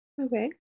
Okay